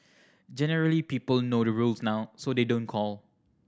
generally people know the rules now so they don't call